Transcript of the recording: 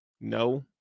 No